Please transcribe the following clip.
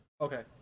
Okay